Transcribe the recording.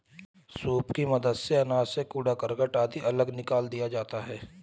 soup की मदद से अनाज से कूड़ा करकट आदि अलग निकाल दिया जाता है